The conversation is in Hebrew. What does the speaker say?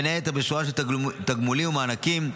בין היתר בשורה של תגמולים ומענקים,